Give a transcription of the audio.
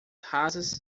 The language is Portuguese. rasas